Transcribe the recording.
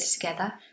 together